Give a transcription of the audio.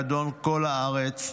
אדון כל הארץ.